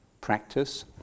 practice